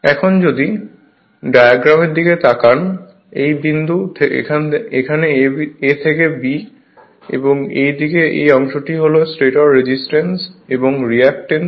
এখন যদি ডায়াগ্রামের দিকে তাকান এই বিন্দু এখানে a এবং b এবং এই দিকে এই অংশটি হল স্টেটর রেজিস্ট্যান্স এবং রিঅ্যাক্ট্যান্স